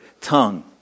tongue